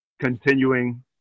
Continuing